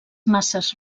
masses